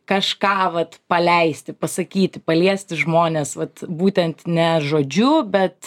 kažką vat paleisti pasakyti paliesti žmones vat būtent ne žodžiu bet